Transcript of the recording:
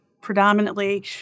predominantly